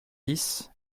dix